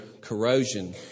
corrosion